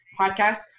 podcast